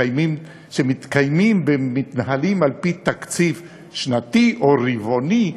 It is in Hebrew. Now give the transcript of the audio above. שמתקיימים ומתנהלים על-פי תקציב שנתי או רבעוני,